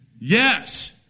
Yes